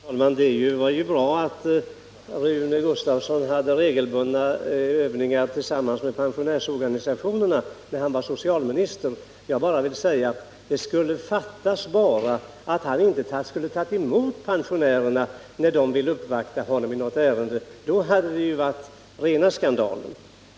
Herr talman! Det var bra att få veta att Rune Gustavsson hade regelbundna överläggningar med pensionärsorganisationerna då han var socialminister, men till det vill jag säga att det skulle bara fattas att hån inte skulle ha tagit emot pensionärerna när de ville uppvakta honom i något ärende. Då hade det ju varit rena skandalen.